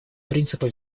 принципа